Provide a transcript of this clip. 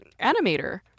animator